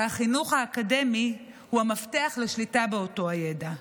והחינוך האקדמי הוא המפתח לשליטה באותו ידע.